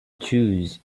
choose